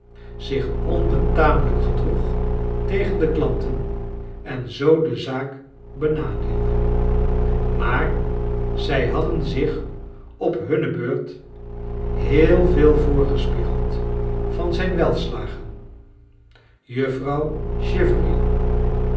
zich onbetameiijk gedroeg tegen de k ian ten en zoo de zaak bona decide maar zij hadden zich op hunne beurt heel veel voorge spiegeld van zijn welslagen juffrouw